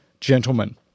gentlemen